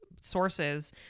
sources